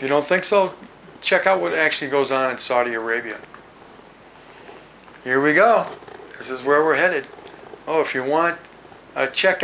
you don't think so check out what actually goes on in saudi arabia here we go this is where we're headed oh if you want to check